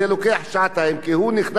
כי הוא נכנס לכל הכפרים,